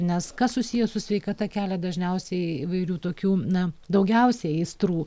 nes kas susiję su sveikata kelia dažniausiai įvairių tokių na daugiausiai aistrų